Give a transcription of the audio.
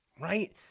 Right